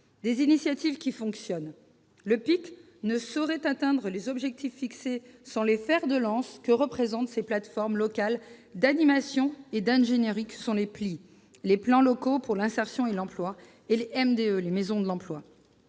des initiatives qui fonctionnent ! Le PIC ne saurait atteindre les objectifs qui lui sont fixés sans les fers de lance que représentent ces plateformes locales d'animation et d'ingénierie, que sont les plans locaux pour l'insertion et l'emploi- les PLIE -et les maisons de l'emploi,